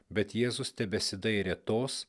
bet jėzus tebesidairė tos